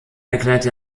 erklärte